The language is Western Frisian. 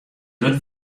dat